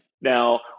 Now